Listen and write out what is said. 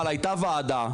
אבל הייתה ועדה.